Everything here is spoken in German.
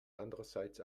andererseits